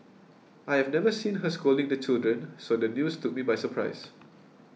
I have never seen her scolding the children so the news took me by surprise